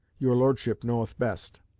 your lordship knoweth best.